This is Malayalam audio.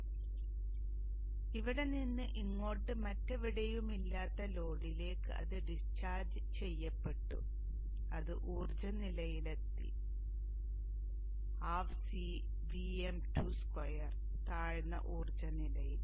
അതിനാൽ ഇവിടെ നിന്ന് ഇങ്ങോട്ട് മറ്റെവിടെയുമില്ലാത്ത ലോഡിലേക്ക് അത് ഡിസ്ചാർജ് ചെയ്യപ്പെട്ടു അത് ഊർജ്ജ നിലയിലെത്തി ½ CVm22 താഴ്ന്ന ഊർജ്ജ നിലയിൽ